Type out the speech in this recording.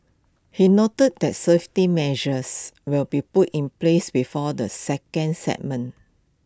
he noted that safety measures will be put in place before the second segment